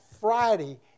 Friday